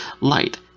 light